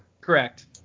Correct